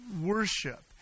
worship